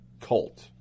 cult